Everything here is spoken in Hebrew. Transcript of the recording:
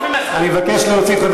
אני רוצה להגיד לך,